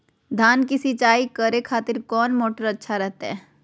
धान की सिंचाई करे खातिर कौन मोटर अच्छा रहतय?